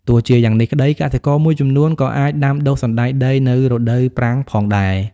ទោះជាយ៉ាងនេះក្តី កសិករមួយចំនួនក៏អាចដាំដុះសណ្ដែកដីនៅរដូវប្រាំងផងដែរ។